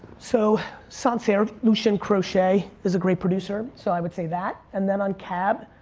so sancerre, lucien crochet is a great producer, so i would say that and then on cab,